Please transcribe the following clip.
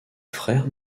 frère